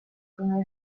con